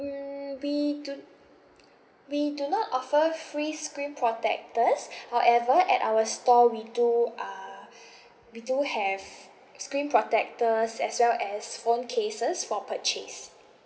mm we do we do not offer free screen protectors however at our store we do uh we do have screen protectors as well as phone cases for purchase